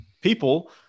people